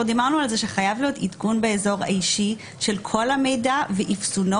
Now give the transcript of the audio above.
דיברנו על זה שחייב להיות עדכון באזור האישי של כל המידע ואפסונו